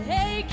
Hey